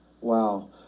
Wow